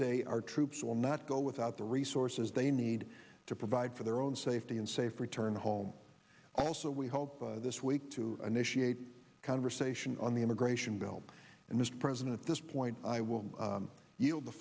day our troops will not go without the resources they need to provide for their own safety and safe return home also we hope this week to initiate a conversation on the immigration bill and this president at this point i will